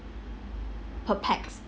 per pax